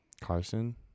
Carson